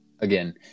Again